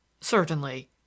Certainly